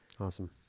awesome